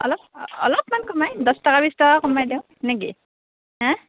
অলপ অলপ মান কমাই দহ টকা বিছ টকা কমাই দিয়ক নে কি হে